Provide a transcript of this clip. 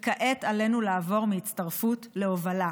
כעת עלינו לעבור מהצטרפות להובלה.